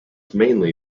mainly